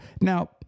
Now